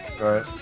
Right